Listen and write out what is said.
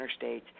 interstates